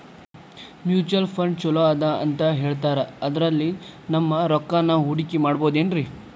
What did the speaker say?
Mutual fund ಛಲೋ ಅದಾ ಅಂತಾ ಹೇಳ್ತಾರ ಅದ್ರಲ್ಲಿ ನಮ್ ರೊಕ್ಕನಾ ಹೂಡಕಿ ಮಾಡಬೋದೇನ್ರಿ?